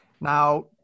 Now